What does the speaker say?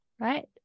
right